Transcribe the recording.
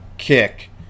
kick